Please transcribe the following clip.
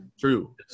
True